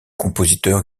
compositeur